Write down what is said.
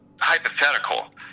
hypothetical